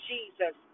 Jesus